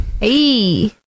Hey